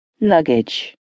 Luggage